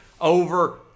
over